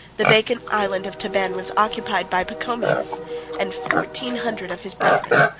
the vacant island of tabenne, was occupied by pachomius and fourteen hundred of his brethren.